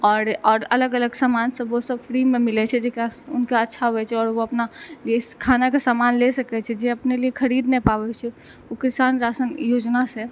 आओर अलग अलग सामानसब ओसब फ्रीमे मिलै छै जकरासँ हुनका अच्छा होइ छै आओर ओ अपना लिए खानाके समान लऽ सकै छै जे अपने लिए खरीद नहि पाबै छै ओ किसान राशन योजनासँ